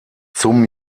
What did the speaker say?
zum